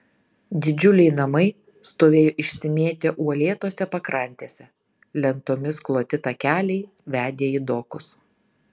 didžiuliai namai stovėjo išsimėtę uolėtose pakrantėse lentomis kloti takeliai vedė į dokus